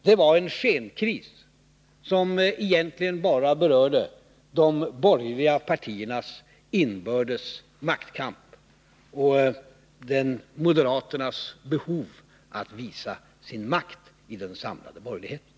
Det var en skenkris som rörde de borgerliga partiernas inbördes maktkamp och moderaternas behov att visa sin makt i den samlade borgerligheten.